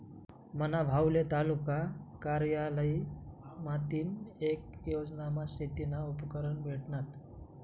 मना भाऊले तालुका कारयालय माथीन येक योजनामा शेतीना उपकरणं भेटनात